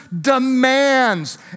demands